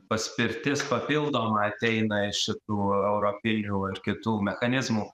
paspirtis papildoma ateina iš šitų europinių ir kitų mechanizmų